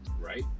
right